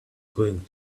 going